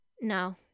No